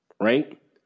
right